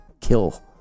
kill